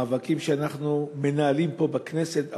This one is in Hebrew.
במאבקים שאנחנו מנהלים פה בכנסת,